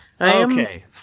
Okay